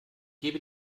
gebe